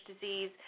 disease